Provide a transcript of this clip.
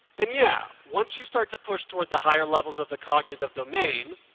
and yeah, once you start to push towards the higher levels of the cognitive domain,